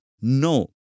No